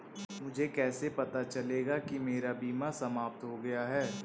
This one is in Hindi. मुझे कैसे पता चलेगा कि मेरा बीमा समाप्त हो गया है?